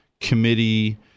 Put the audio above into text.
committee